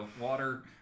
water